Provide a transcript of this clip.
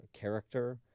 character